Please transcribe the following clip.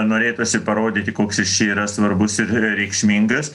norėtųsi parodyti koks jis čia yra svarbus ir reikšmingas